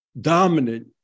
dominant